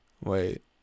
Wait